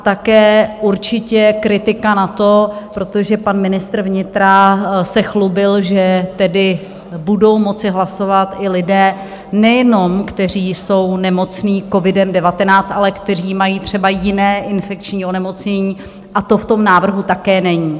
Také určitě kritika na to protože pan ministr vnitra se chlubil, že tedy budou moci hlasovat i lidé nejenom, kteří jsou nemocní covidem19, ale kteří mají třeba jiné infekční onemocnění, a to v tom návrhu také není.